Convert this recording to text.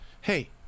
Hey